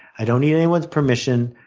i don't need anyone's permission.